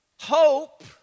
Hope